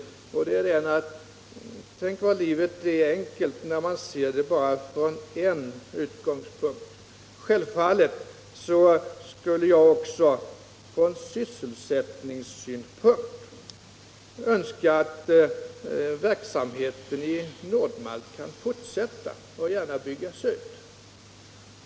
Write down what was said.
Tänk vad livet är enkelt när man ser det bara från en utgångspunkt! Självfallet önskar även jag från sysselsättningssynpunkt att verksamheten vid Nord-Malt kunde fortsätta och gärna också byggas ut.